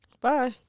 bye